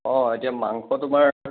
অঁ এতিয়া মাংস তোমাৰ